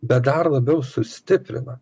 bet dar labiau sustiprina